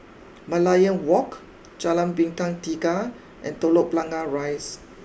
Merlion walk Jalan Bintang Tiga and Telok Blangah Rise